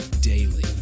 daily